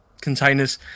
containers